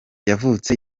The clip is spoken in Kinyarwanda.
yavutse